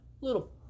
little